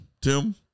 Tim